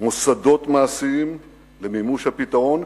מוסדות מעשיים למימוש הפתרון,